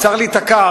צריך להיתקע,